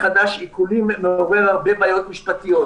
לאפשר הטלה מחדש של עיקולים שבוטלו" זה מעורר הרבה בעיות משפטיות.